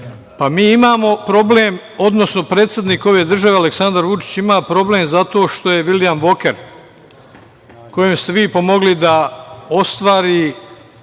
imamo problem, odnosno predsednik ove države Aleksandar Vučić ima problem zato što je Vilijam Voker, kojem ste vi pomogli da ostvari